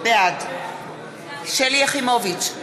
בעד שלי יחימוביץ,